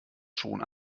schon